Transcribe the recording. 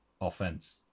offense